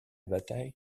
bataille